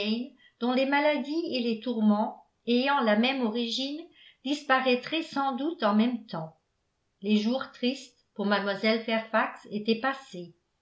dont les maladies et les tourments ayant la même origine disparaîtraient sans doute en même temps les jours tristes pour mlle fairfax étaient passés